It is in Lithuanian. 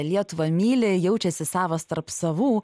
lietuvą myli jaučiasi savas tarp savų